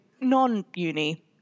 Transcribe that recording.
non-uni